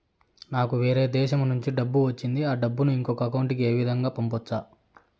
నాకు వేరే దేశము నుంచి డబ్బు వచ్చింది ఆ డబ్బును ఇంకొక అకౌంట్ ఏ విధంగా గ పంపొచ్చా?